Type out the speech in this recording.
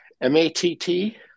M-A-T-T